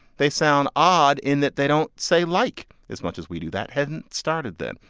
they sound odd in that they don't say like as much as we do. that hadn't started then.